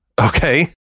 Okay